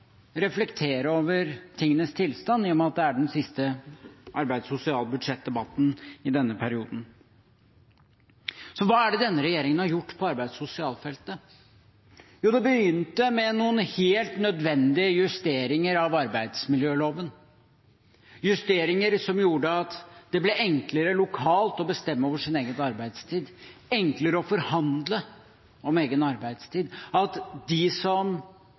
reflektere over tingenes tilstand, i og med at det er den siste arbeids- og sosialbudsjettdebatten i denne perioden. Så hva er det denne regjeringen har gjort på arbeids- og sosialfeltet? Jo, det begynte med noen helt nødvendige justeringer av arbeidsmiljøloven – justeringer som gjorde at det ble enklere lokalt å bestemme over sin egen arbeidstid, enklere å forhandle om egen arbeidstid, og at de som